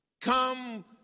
Come